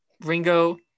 Ringo